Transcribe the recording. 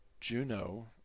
Juno